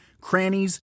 crannies